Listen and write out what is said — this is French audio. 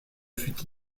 fut